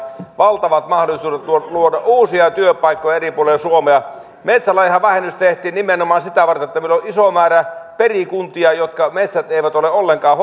valtavat mahdollisuudet luoda uusia työpaikkoja eri puolille suomea metsälahjavähennys tehtiin nimenomaan sitä varten että meillä on iso määrä perikuntia joiden metsät eivät ole ollenkaan